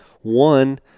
one